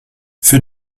für